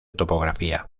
topografía